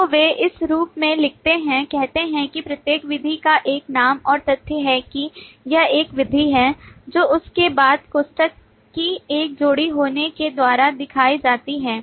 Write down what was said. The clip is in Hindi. तो वे इस रूप में लिखते हैं कहते हैं कि प्रत्येक विधि का एक नाम और तथ्य है कि यह एक विधि है जो उस के बाद कोष्ठक की एक जोड़ी होने के द्वारा दिखाई जाती है